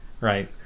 right